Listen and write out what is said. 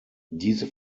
diese